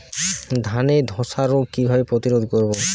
ধানে ধ্বসা রোগ কিভাবে প্রতিরোধ করব?